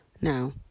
now